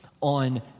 on